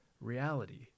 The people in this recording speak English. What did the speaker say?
reality